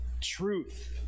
truth